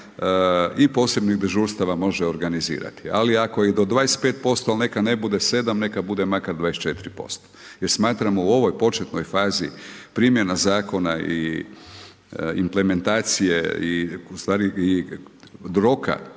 i posebnih dežurstava može organizirati, ali ako je do 25%, neka ne bude 7, neka bude makar 24%. jer smatramo u ovoj početnoj fazi primjena zakona i implementacije i